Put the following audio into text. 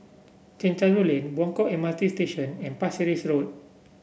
Chencharu Lane Buangkok M R T Station and Pasir Ris Road